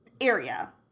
area